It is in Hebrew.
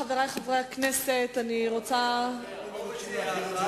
חברי חברי הכנסת, לחוץ וביטחון.